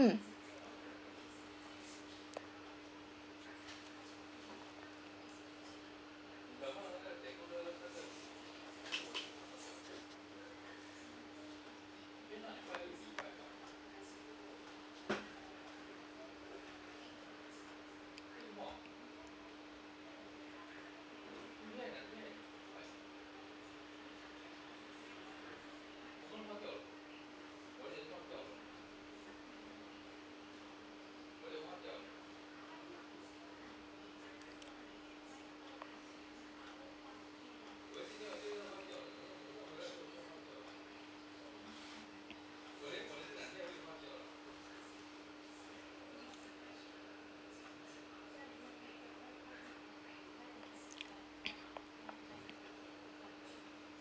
mm